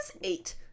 eight